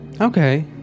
Okay